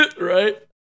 right